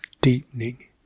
deepening